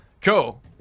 cool